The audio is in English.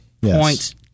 points